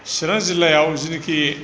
सिरां जिल्लायाव जिनोखि